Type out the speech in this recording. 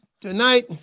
tonight